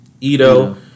Ito